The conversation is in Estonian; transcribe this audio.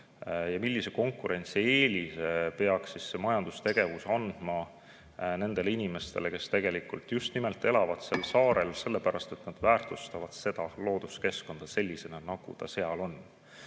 ja millise konkurentsieelise peaks see majandustegevus andma nendele inimestele, kes tegelikult just nimelt elavad saarel sellepärast, et nad väärtustavad seda looduskeskkonda sellisena, nagu see seal on.